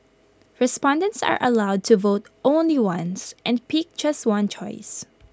respondents are allowed to vote only once and pick just one choice